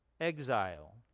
exile